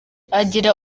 agira